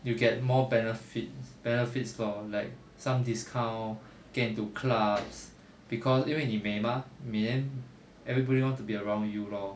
you get more benefits benefits lor like some discount get into clubs cause 因为你美 mah 美 then everybody want to be around you lor